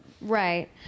Right